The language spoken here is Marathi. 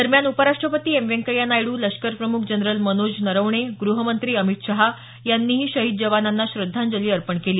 दरम्यान उपराष्ट्रपती एम व्यंकय्या नायडू लष्कर प्रमुख जनरल मनोज मुकुंद नरवणे ग्रहमंत्री अमित शहा यांनीही शहीद जवानांना श्रद्धांजली अर्पण केली